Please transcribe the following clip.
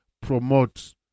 promote